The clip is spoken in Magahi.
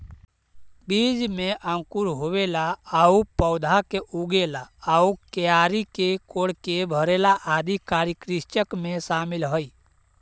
बीज में अंकुर होवेला आउ पौधा के उगेला आउ क्यारी के कोड़के भरेला आदि कार्य कृषिचक्र में शामिल हइ